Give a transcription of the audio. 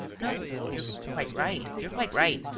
no. you're quite right. you're quite right.